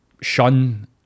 shun